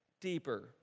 deeper